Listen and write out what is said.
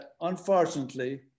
unfortunately